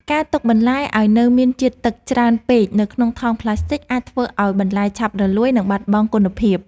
ការទុកបន្លែឱ្យនៅមានជាតិទឹកច្រើនពេកនៅក្នុងថង់ប្លាស្ទិកអាចធ្វើឱ្យបន្លែឆាប់រលួយ និងបាត់បង់គុណភាព។